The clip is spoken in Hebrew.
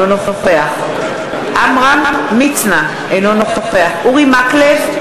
אינו נוכח עמרם מצנע, אינו נוכח אורי מקלב,